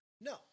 No